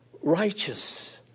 righteous